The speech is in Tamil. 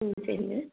ம் சரிங்க